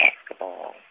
basketball